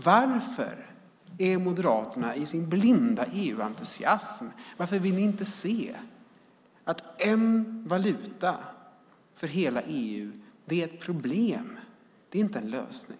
Varför vill Moderaterna i sin blinda EU-entusiasm inte se att en valuta för hela EU är ett problem? Det är inte en lösning.